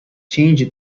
changed